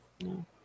no